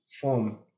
form